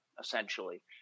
essentially